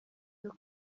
nuko